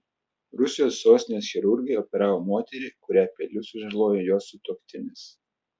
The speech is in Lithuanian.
rusijos sostinės chirurgai operavo moterį kurią peiliu sužalojo jos sutuoktinis